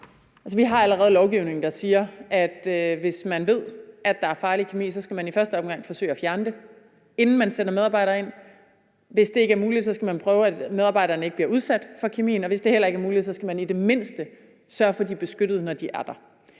Vi har allerede lovgivning, der siger, at hvis man ved, at der er farlig kemi, så skal man i første omgang forsøge at fjerne den, inden man sender medarbejdere ind. Hvis det ikke er muligt, skal man prøve at gøre sådan, at medarbejderne ikke bliver udsat for kemien, og hvis det heller ikke er muligt, skal man i det mindste sørge for, at de er beskyttede, når de er der.